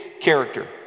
character